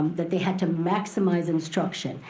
that they had to maximize instruction,